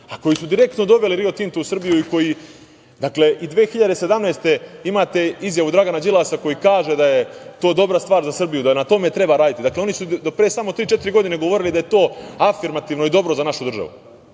a koji su direktno doveli Rio Tinto u Srbiju. Dakle, i 2017. godine imate izjavu Dragana Đilasa koji kaže da je to dobra stvar za Srbiju, da na tome treba raditi. Dakle, oni su do pre samo tri-četiri godine govorili da je to afirmativno i dobro za našu državu.I